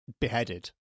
beheaded